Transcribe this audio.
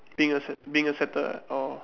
being accept~ being accepted ah orh